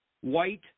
white